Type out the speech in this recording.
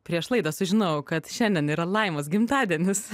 prieš laidą sužinojau kad šiandien yra laimos gimtadienis